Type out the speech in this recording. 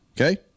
Okay